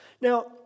Now